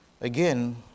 Again